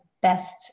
best